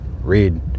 read